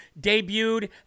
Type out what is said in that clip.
debuted